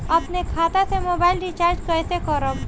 अपने खाता से मोबाइल रिचार्ज कैसे करब?